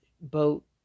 boat